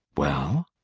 well?